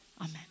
amen